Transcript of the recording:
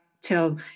till